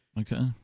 okay